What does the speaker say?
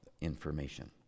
information